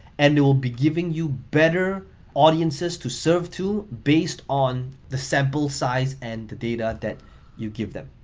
and they will be giving you better audiences to serve to based on the sample size and the data that you give them.